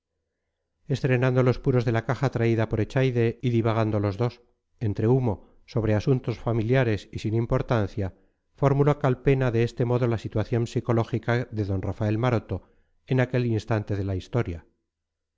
estrenando los puros de la caja traída por echaide y divagando los dos entre humo sobre asuntos familiares y sin importancia formuló calpena de este modo la situación psicológica de d rafael maroto en aquel instante de la historia